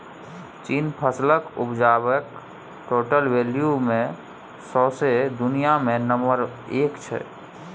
चीन फसलक उपजाक टोटल वैल्यू मे सौंसे दुनियाँ मे नंबर एक छै